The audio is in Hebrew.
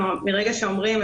מרגע שאומרים,